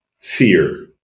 fear